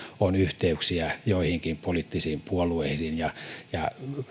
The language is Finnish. on yhteyksiä joihinkin poliittisiin puolueisiin ja ja